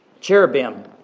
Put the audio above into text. cherubim